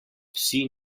vsi